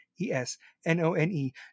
E-S-N-O-N-E